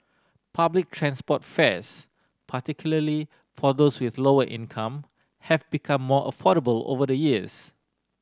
public transport fares particularly for those with lower income have become more affordable over the years